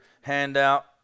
handout